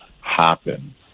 happen